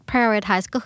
Prioritize